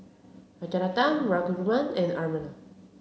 Rajaratnam Raghuram and Anand